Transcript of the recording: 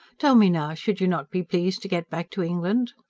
tell me now, should you not be pleased to get back to england?